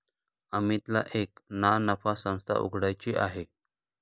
अमितला एक ना नफा संस्था उघड्याची आहे